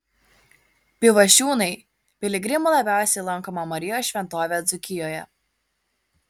pivašiūnai piligrimų labiausiai lankoma marijos šventovė dzūkijoje